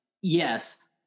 yes